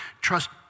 trust